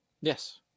Yes